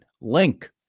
link